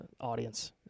audience